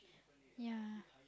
yeah